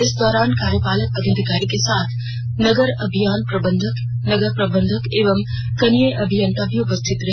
इस दौरान कार्यपालक पदाधिकारी के साथ नगर अभियान प्रबंधक नगर ँ प्रबंधक एवं कनिये अभियंता भी उपस्थिति रहे